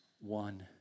one